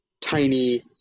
tiny